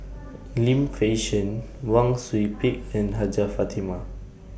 Lim Fei Shen Wang Sui Pick and Hajjah Fatimah